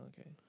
Okay